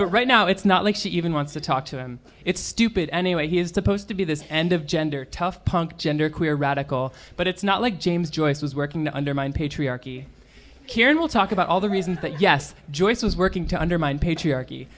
but right now it's not like she even wants to talk to him it's stupid anyway he has to post to be this end of gender tough punk genderqueer radical but it's not like james joyce was working to undermine patriarchy here and we'll talk about all the reasons that yes joyce was working to undermine patriarchy